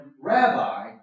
Rabbi